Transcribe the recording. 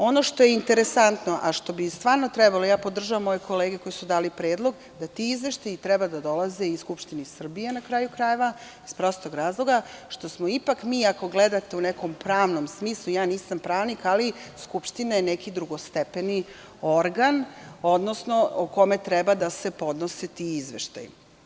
Ono što je interesantno, a što bi stvarno trebalo, podržavam moje kolege koje su dale predlog, da ti izveštaji treba da dolaze i Skupštini Srbije, na kraju krajeva, iz prostog razloga što smo ipak mi, ako gledate u nekom pravnom smislu, ja nisam pravnik, ali Skupština je neki drugostepeni organ, odnosno kome treba da se podnose ti izveštaji.